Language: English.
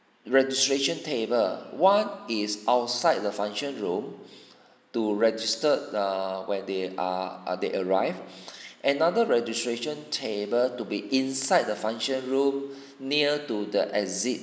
registration table one is outside the function room to registered err where they are are they arrived another registration table to be inside the function room near to the exit